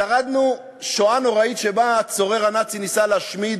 שרדנו שואה נוראית שבה הצורר הנאצי ניסה להשמיד